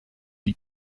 die